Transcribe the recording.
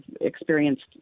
experienced